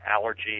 allergy